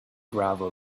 gravel